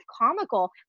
comical